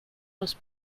els